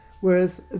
Whereas